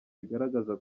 bigaragaza